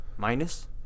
minus